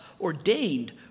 ordained